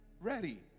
ready